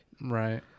Right